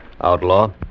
Outlaw